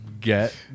get